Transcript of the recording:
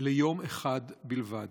ליום אחד בלבד.